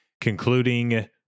concluding